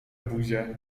buzia